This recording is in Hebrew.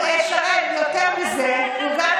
רגע, שרן, יותר מזה, הוא גם